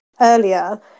earlier